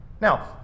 Now